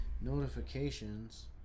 notifications